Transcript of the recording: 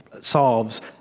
solves